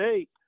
eight